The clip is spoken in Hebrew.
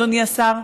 אדוני השר,